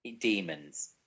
demons